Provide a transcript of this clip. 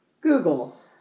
Google